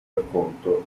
racconto